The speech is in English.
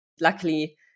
Luckily